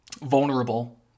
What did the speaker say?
vulnerable